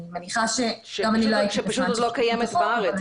שעוד לא קיימת בארץ.